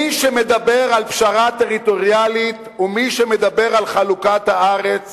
"מי שמדבר על פשרה טריטוריאלית ומי שמדבר על חלוקת הארץ